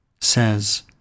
says